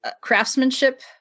craftsmanship